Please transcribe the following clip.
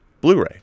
Blu-ray